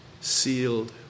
Sealed